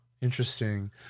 Interesting